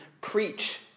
preach